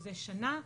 שזה שנה,